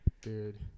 Dude